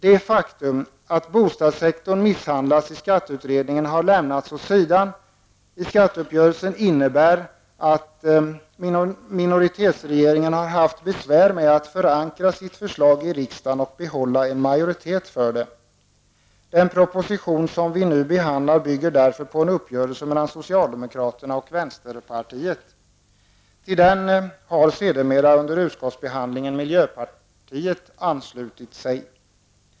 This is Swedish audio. Det faktum att bostadssektorn misshandlats i skatteutredningen och lämnats åt sidan i skatteuppgörelsen innebär att minoritetsregeringen har haft besvär med att förankra sitt förslag i riksdagen och bilda en majoritet för det. Den proposition som vi nu behandlar bygger därför på en uppgörelse mellan socialdemokraterna och vänsterpartiet. Till den har sedermera under utskottsbehandlingen miljöpartiet anslutit sig.